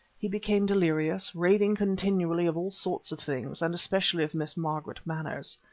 he became delirious, raving continually of all sorts of things, and especially of miss margaret manners.